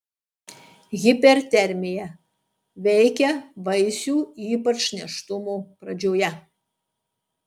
hipertermija veikia vaisių ypač nėštumo pradžioje